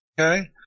Okay